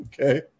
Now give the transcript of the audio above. Okay